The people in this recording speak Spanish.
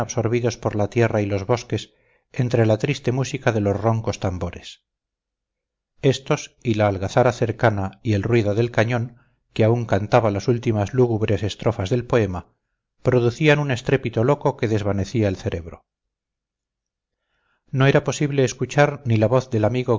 absorbidos por la tierra y los bosques entre la triste música de los roncos tambores estos y la algazara cercana y el ruido del cañón que aún cantaba las últimas lúgubres estrofas del poema producían un estrépito loco que desvanecía el cerebro no era posible escuchar ni la voz del amigo